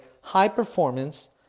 high-performance